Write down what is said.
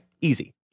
Easy